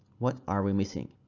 what are we missing?